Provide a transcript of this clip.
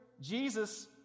Jesus